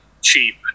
cheap